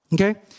Okay